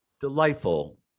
Delightful